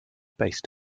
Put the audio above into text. based